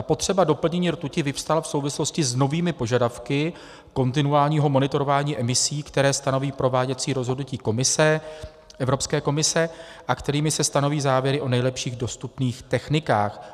Potřeba doplnění rtuti vyvstala v souvislosti s novými požadavky kontinuálního monitorování emisí, které stanoví prováděcí rozhodnutí Komise, Evropské komise, a kterými se stanoví závěry o nejlepších dostupných technikách.